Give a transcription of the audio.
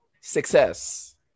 success